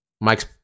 Mike's